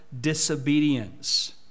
disobedience